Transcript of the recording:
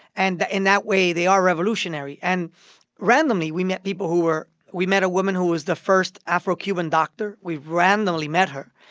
and in that way, they are revolutionary. and randomly, we met people who were we met a woman who was the first afro-cuban doctor. we randomly met her.